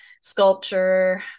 sculpture